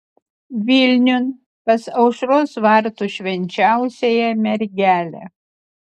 vilniun pas aušros vartų švenčiausiąją mergelę